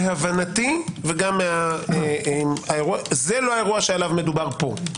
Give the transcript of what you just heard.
להבנתי זה לא האירוע שעליו מדובר פה.